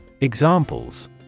Examples